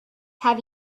have